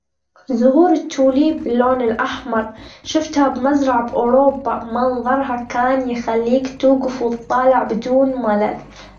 زهور التوليب باللون الأحمر شوفتها بمزرعة في أوروبا منظرها كان يخليك توجف، وتطالع بدون ملل.